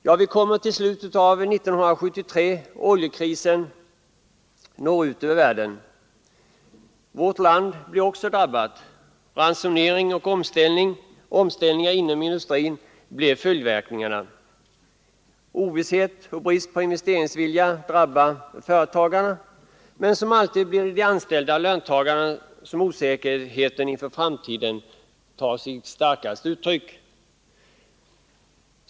Ja, vi kommer till slutet av 1973. Oljekrisen når ut över världen. Vårt land blir också drabbat. Ransonering och omställning inom industrin blir följderna. Ovisshet och brist på investeringsvilja drabbar företagarna. Men som alltid blir det för de anställda — löntagarna — som ovissheten för framtiden starkast tar sig uttryck.